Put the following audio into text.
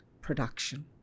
production